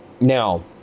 now